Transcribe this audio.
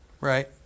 Right